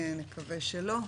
נקווה שלא,